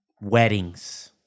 weddings